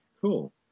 Cool